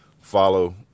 follow